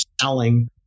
selling